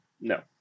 no